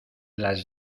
las